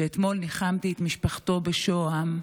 שאתמול ניחמתי את משפחתו בשוהם.